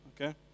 Okay